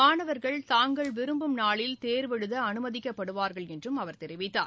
மாணவர்கள் தாங்கள் விரும்பும் நாளில் தேர்வு எழுத அனுமதிக்கப்படுவார்கள் என்றும் அவர் தெரிவித்தார்